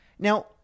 Now